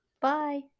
Bye